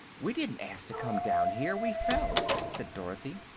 we didn't ask to come down here we fell, said dorothy.